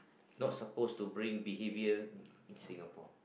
not suppose to bring behaviour in singapore